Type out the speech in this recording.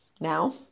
Now